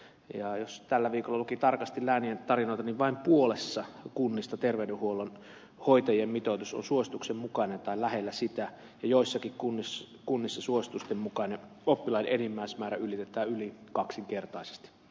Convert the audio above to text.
ja jos tällä viikolla luki tarkasti läänien tarinoita niin vain puolessa kunnista terveydenhuollon hoitajien mitoitus on suosituksen mukainen tai lähellä sitä ja joissakin kunnissa suositusten mukainen oppilaiden enimmäismäärä ylitetään yli kaksinkertaisesti